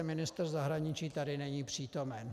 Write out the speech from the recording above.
Ministr zahraničí tady není přítomen.